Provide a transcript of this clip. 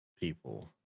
people